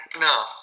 no